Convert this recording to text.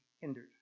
hindered